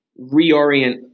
reorient